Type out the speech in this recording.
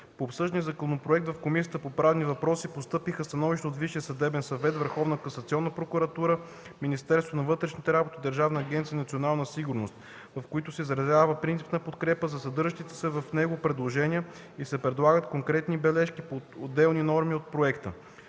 По обсъждания законопроект в Комисията по правни въпроси постъпиха становища от Висшия съдебен съвет, Върховна касационна прокуратура, Министерството на вътрешните работи и Държавна агенция „Национална сигурност”, в които се изразява принципна подкрепа за съдържащите се в него предложения и се предлагат конкретни бележки по отделни норми от проекта.